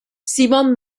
simon